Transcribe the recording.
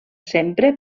sempre